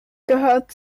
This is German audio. gehört